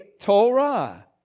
Torah